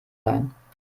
sein